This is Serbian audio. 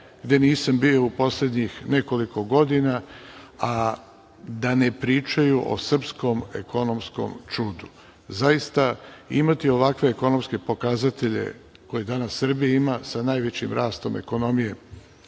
gde nisam bio u poslednjih nekoliko godina, a da ne pričaju o srpskom ekonomskom čudu. Zaista, imati ovakve ekonomske pokazatelje koje danas Srbija ima sa najvećim rastom ekonomije